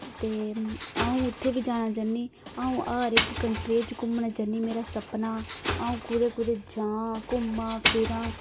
ते अ'ऊं उत्थै बी जाना चाहन्नीं अ'ऊं हर इक कंट्री च घूमना चाहन्नीं मेरा सपना अ'ऊं कुदै कुदै जां घूमां फिरां